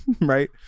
right